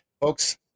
folks